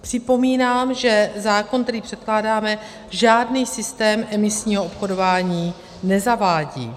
Připomínám, že zákon, který předkládáme, žádný systém emisního obchodování nezavádí.